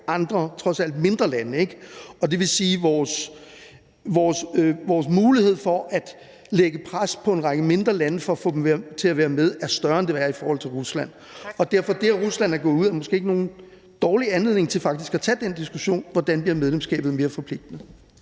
andre trods alt mindre lande, og det vil sige, at vores mulighed for at lægge pres på en række mindre lande for at få dem til at være med er større, end den er i forhold til Rusland, og derfor er det, at Rusland er gået ud, måske ikke nogen dårlig anledning til faktisk at tage den diskussion af, hvordan medlemskabet bliver mere forpligtende.